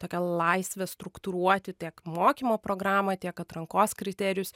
tokią laisvę struktūruoti tiek mokymo programą tiek atrankos kriterijus